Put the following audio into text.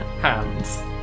hands